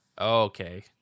Okay